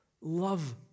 love